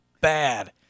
bad